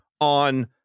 on